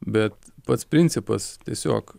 bet pats principas tiesiog